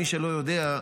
למי שלא יודע,